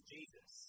Jesus